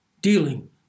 dealing